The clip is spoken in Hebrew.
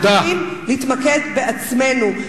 אנחנו צריכים להתמקד בעצמנו,